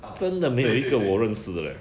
ah 对对对